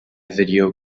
video